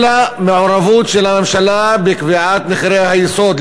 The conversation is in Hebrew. אלא מעורבות של הממשלה בקביעת מחירי היסוד.